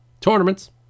Tournaments